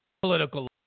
political